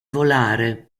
volare